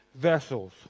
vessels